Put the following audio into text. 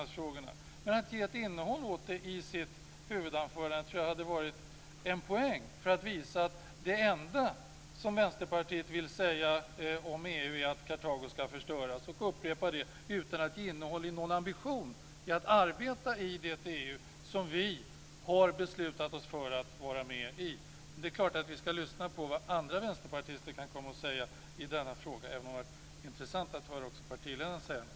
Men jag tror att det hade varit en poäng att ge ett innehåll åt det i sitt huvudanförande, i stället för att visa att det enda som Vänsterpartiet vill säga om EU är att Kartago ska förstöras och upprepa det utan att ge innehåll åt någon ambition att arbeta i det EU som vi har beslutat oss för att vara med i. Det är klart att vi ska lyssna på det andra vänsterpartister kan komma att säga i denna fråga, även om det hade varit intressant att höra också partiledaren säga något.